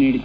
ನೀಡಿತ್ತು